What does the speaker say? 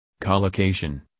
Collocation